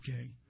Okay